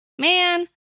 Man